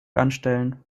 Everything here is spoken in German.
anstellen